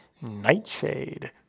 Nightshade